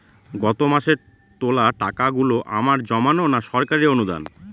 গত মাসের তোলা টাকাগুলো আমার জমানো না সরকারি অনুদান?